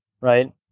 right